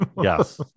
yes